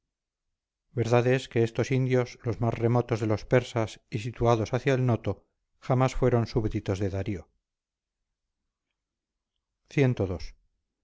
verdad es que estos indios los más remotos de los persas y situados hacia el noto jamás fueron súbditos de darío cii